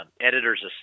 editor's